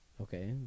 Okay